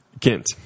Kent